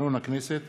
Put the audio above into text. לתקנון הכנסת,